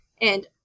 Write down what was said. and-